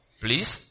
please